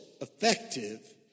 effective